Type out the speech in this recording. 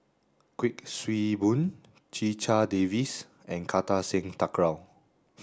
Kuik Swee Boon Checha Davies and Kartar Singh Thakral